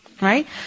Right